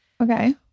Okay